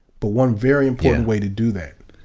but one very important way to do that.